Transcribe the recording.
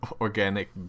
organic